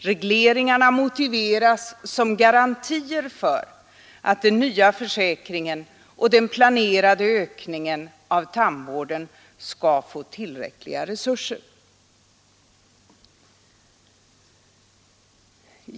Regleringarna motiveras med att de utgör garantier för att den nya försäkringen och den planerade ökningen av tandvården skall få tillräckliga resurser.